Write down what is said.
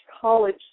college